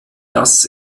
dass